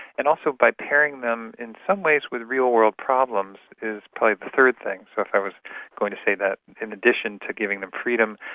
and also by pairing them in some ways with real-world problems is probably the third thing. so if i was going to say that in addition to giving them freedom,